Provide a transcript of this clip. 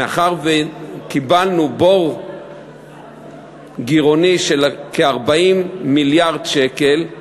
מאחר שקיבלנו בור גירעוני של כ-40 מיליארד שקל,